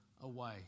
away